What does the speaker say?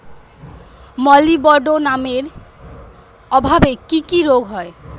মলিবডোনামের অভাবে কি কি রোগ হয়?